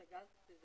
הטבעי